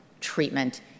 treatment